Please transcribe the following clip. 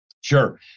Sure